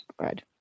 Right